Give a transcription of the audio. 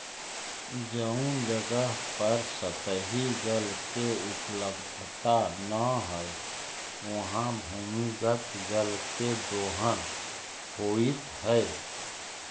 जउन जगह पर सतही जल के उपलब्धता न हई, उहाँ भूमिगत जल के दोहन होइत हई